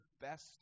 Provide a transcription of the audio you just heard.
best